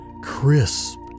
crisp